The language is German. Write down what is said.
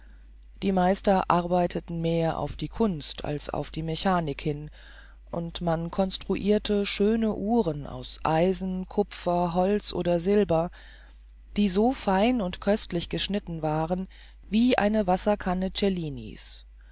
die meister arbeiteten mehr auf die kunst als auf die mechanik hin und man construirte schöne uhren aus eisen kupfer holz oder silber die so sein und köstlich geschnitzt waren wie eine wasserkanne